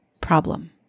problem